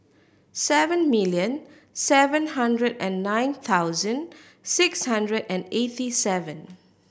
seven million seven hundred and nine thousansd six hundred and eighty seven